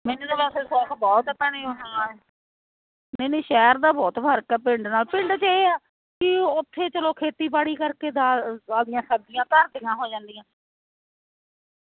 ਮੈਨੂੰ ਤਾਂ ਬਸ ਸੋਖ ਬਹੁਤ ਏ ਭੈਣੇ ਹਾਂ ਨਹੀਂ ਨਹੀਂ ਸ਼ਹਿਰ ਦਾ ਬਹੁਤ ਫਰਕ ਆ ਪਿੰਡ ਨਾਲ ਪਿੰਡ 'ਚ ਇਹ ਆ ਕਿ ਉੱਥੇ ਚਲੋ ਖੇਤੀਬਾੜੀ ਕਰਕੇ ਦਾਲ ਆਪਦੀਆਂ ਸਬਜ਼ੀਆਂ ਘਰ ਦੀਆਂ ਹੋ ਜਾਂਦੀਆਂ